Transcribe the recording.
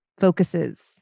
focuses